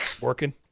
Working